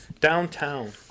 downtown